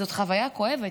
זאת חוויה כואבת.